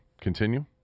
continue